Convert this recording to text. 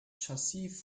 chassis